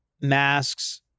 masks